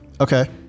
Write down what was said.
Okay